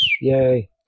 Yay